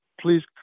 Please